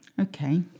Okay